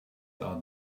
are